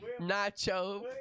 nacho